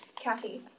Kathy